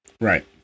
Right